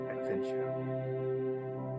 adventure